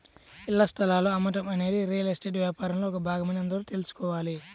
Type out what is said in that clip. ఇళ్ల స్థలాలు అమ్మటం అనేది రియల్ ఎస్టేట్ వ్యాపారంలో ఒక భాగమని అందరూ తెల్సుకోవాలి